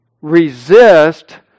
resist